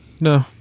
No